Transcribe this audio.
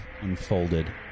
unfolded